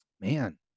man